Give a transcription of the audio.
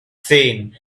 seen